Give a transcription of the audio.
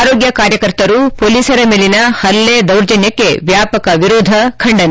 ಆರೋಗ್ಗ ಕಾರ್ಯಕರ್ತರು ಮೊಲೀಸರ ಮೇಲಿನ ಹಲ್ಲೆ ದೌರ್ಜನ್ನಕ್ಕೆ ವ್ಯಾಪಕ ವಿರೋಧ ಖಂಡನೆ